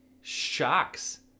shocks